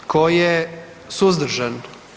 Tko je suzdržan?